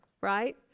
right